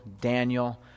Daniel